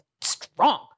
strong